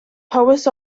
powys